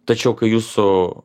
tačiau kai jūsų